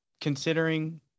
considering